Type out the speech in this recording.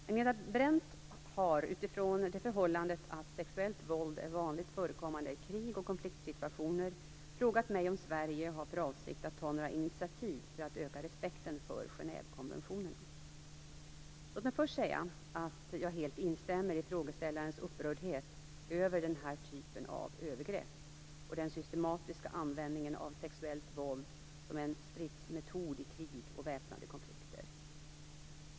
Herr talman! Agneta Brendt har, utifrån det förhållandet att sexuellt våld är vanligt förekommande i krig och konfliktsituationer, frågat mig om Sverige har för avsikt att ta några initiativ för att öka respekten för Låt mig först säga att jag helt instämmer i frågeställarens upprördhet över den här typen av övergrepp och den systematiska användningen av sexuellt våld som en stridsmetod i krig och väpnade konflikter.